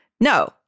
No